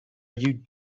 you